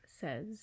says